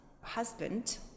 husband